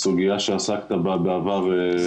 סוגייה שעסקת בה בעבר.